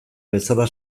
bezala